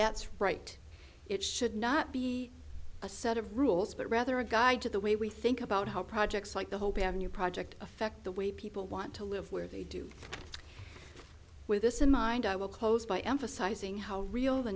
that's right it should not be a set of rules but rather a guide to the way we think about how projects like the whole new project affect the way people want to live where they do with this in mind i will close by emphasizing how real the